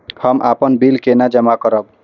हम अपन बिल केना जमा करब?